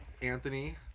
Anthony